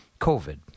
COVID